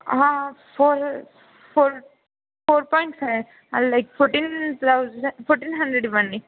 four four four point five uh like fourteen thousand fourteen hundred ఇవ్వండి